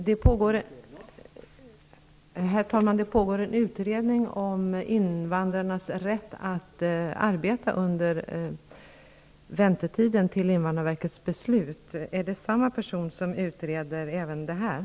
Herr talman! Det pågår en utredning om invandrarnas rätt att arbeta under tiden som de väntar på invandrarverkets beslut. Är det samma person som utreder även den frågan?